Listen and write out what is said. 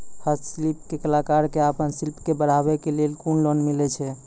हस्तशिल्प के कलाकार कऽ आपन शिल्प के बढ़ावे के लेल कुन लोन मिलै छै?